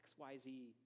XYZ